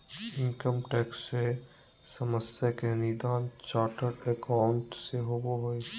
income tax से समस्या के निदान चार्टेड एकाउंट से होबो हइ